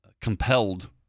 compelled